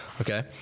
okay